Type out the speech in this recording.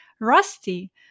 rusty